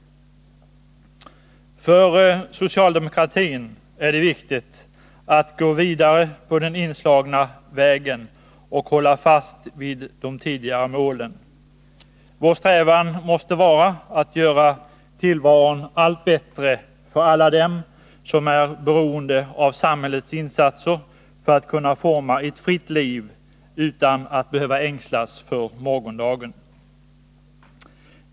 För socialdemokratin är det viktigt att gå vidare på den inslagna vägen och hålla fast vid de tidigare målen. Vår strävan måste vara att göra tillvaron allt bättre för alla dem som är beroende av samhällets insatser för att kunna forma ett fritt liv utan att behöva ängslas för morgondagen.